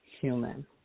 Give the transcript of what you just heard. human